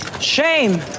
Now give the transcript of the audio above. Shame